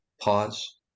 pause